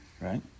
Right